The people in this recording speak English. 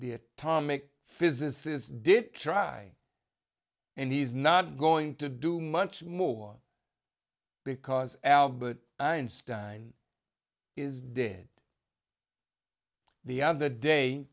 atomic physicists did try and he's not going to do much more because albert einstein is dead the other day